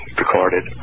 recorded